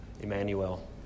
Emmanuel